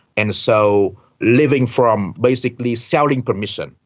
and so living from basically selling permission.